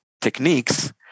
techniques